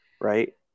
right